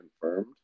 confirmed